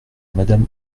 madame